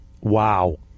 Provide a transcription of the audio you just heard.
wow